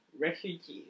Refugees